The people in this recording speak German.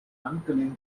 handgelenk